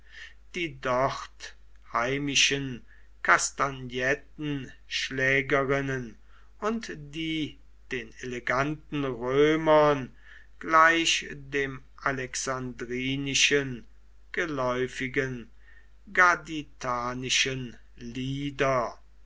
die dort heimischen kastagnettenschlägerinnen und die den eleganten römern gleich dem alexandrinischen geläufigen gaditanischen lieder